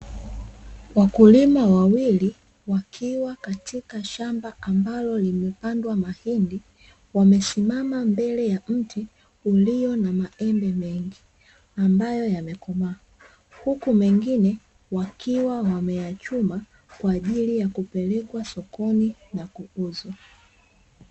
Wakulima wawili wakiwa katika shamba ambalo limepandwa mahindi, wamesimama mbele ya mti ulio na maembe mengi, ambayo yamekomaa, huku mengine wakiwa wameyachuma kwa ajili ya kupelekwa sokoni na kuuzwa.